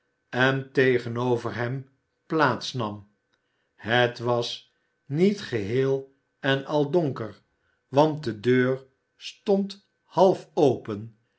en tegenover hem plaats nam het was niet geheel en al donker want de deur stond half open